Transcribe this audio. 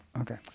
Okay